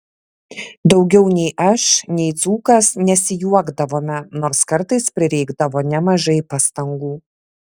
daugiau nei aš nei dzūkas nesijuokdavome nors kartais prireikdavo nemažai pastangų